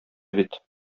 бит